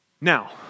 Now